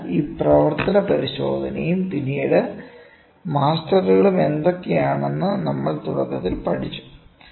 അതിനാൽ ഈ പ്രവർത്തന പരിശോധനയും പിന്നീട് മാസ്റ്ററുകളും എന്താണെന്ന് നമ്മൾ തുടക്കത്തിൽ പഠിച്ചു